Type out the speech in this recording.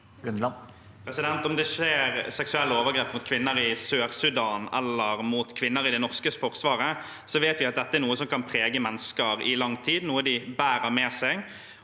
Om det skjer seksuelle overgrep mot kvinner i Sør-Sudan eller mot kvinner i det norske forsvaret, vet vi at dette er noe som kan prege mennesker i lang tid, noe de bærer med seg.